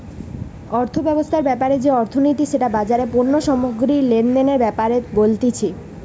অর্থব্যবস্থা ব্যাপারে যে অর্থনীতি সেটা বাজারে পণ্য সামগ্রী লেনদেনের ব্যাপারে বলতিছে